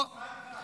ישראל כץ.